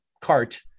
cart